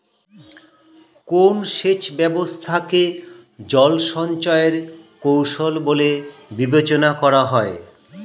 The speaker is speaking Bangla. কোন সেচ ব্যবস্থা কে জল সঞ্চয় এর কৌশল বলে বিবেচনা করা হয়?